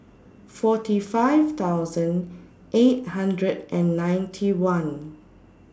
forty five thousand eight hundred and ninety one